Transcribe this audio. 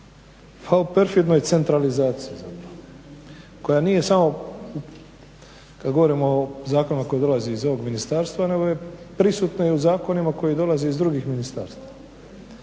pa o perfidnoj centralizaciji zapravo koja nije samo kad govorimo o zakonu koji dolazi iz ovog ministarstva nego je prisutno i u zakonima koji dolaze iz drugih ministarstava.